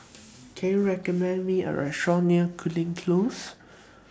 Can YOU recommend Me A Restaurant near Cooling Close